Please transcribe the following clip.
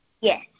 Yes